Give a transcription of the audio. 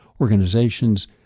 organizations